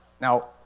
Now